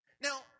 Now